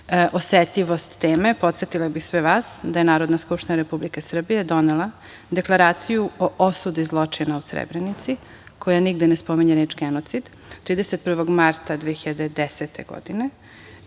osetljivost teme, podsetila bih sve vas da je Narodna skupština Republike Srbije donela Deklaraciju o osudi zločina u Srebrenici koja nigde ne spominje reč – genocid, 31. marta 2010. godine. Molim